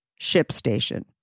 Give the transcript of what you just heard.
ShipStation